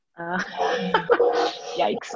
yikes